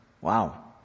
wow